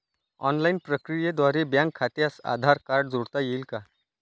Online प्रक्रियेद्वारे bank खात्यास Aadhaar card जोडता येईल का?